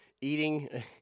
eating